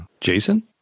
Jason